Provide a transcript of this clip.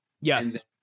yes